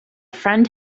friend